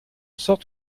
sorte